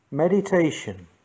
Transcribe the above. Meditation